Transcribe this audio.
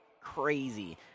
crazy